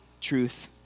truth